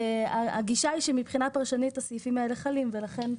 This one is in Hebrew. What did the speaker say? הגישה היא שמבחינה פרשנית הסעיפים האלה חלים ולכן,